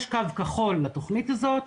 יש קו כחול לתכנית הזאת,